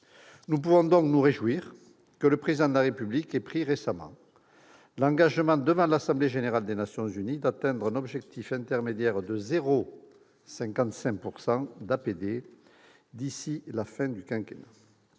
Nous pouvons donc nous réjouir que le Président de la République ait récemment pris l'engagement, devant l'Assemblée générale des Nations unies, d'atteindre un objectif intermédiaire de 0,55 % d'APD d'ici à la fin du quinquennat.